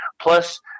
plus